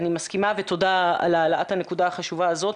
אני מסכימה, ותודה על העלאת הנקודה החשובה הזאת,